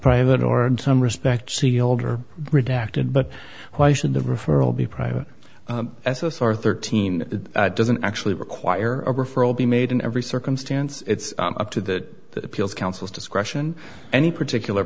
private or in some respects sealed or redacted but why should the referral be private as those are thirteen doesn't actually require a referral be made in every circumstance it's up to that appeals counsel's discretion any particular